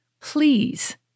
Please